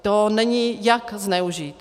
To není jak zneužít.